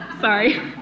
Sorry